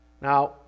Now